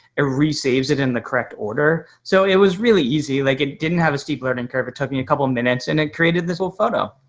ah resaves it in the correct order. so it was really easy. like it didn't have a steep learning curve. it took me a couple of minutes and it created this whole photo.